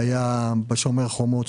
שהיה בשומר החומות,